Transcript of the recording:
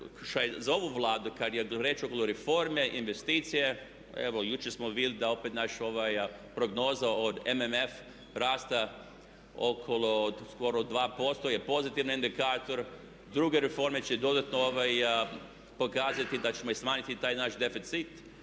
za ovu Vladu, kad je riječ oko reformi i investicija evo jučer smo vidjeli da opet naša prognoza i MMF-a o rastu oko skoro 2% je pozitivan indikator. Druge reforme će dodatno pokazati da ćemo smanjiti taj naš deficit.